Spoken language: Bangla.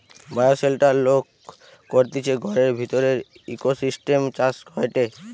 বায়োশেল্টার লোক করতিছে ঘরের ভিতরের ইকোসিস্টেম চাষ হয়টে